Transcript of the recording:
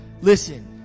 listen